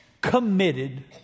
committed